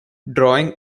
drawing